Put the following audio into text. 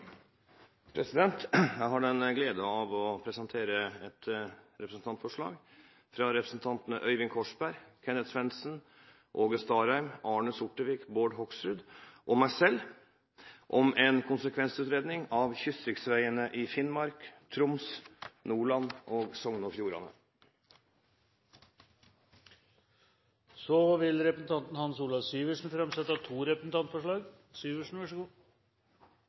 Jeg har den glede å presentere et representantforslag fra representantene Øyvind Korsberg, Kenneth Svendsen, Åge Starheim, Arne Sortevik, Bård Hoksrud og meg selv om en konsekvensutredning av kystriksveiene i Finnmark, Troms, Nordland og Sogn og Fjordane. Representanten Hans Olav Syversen vil framsette to representantforslag.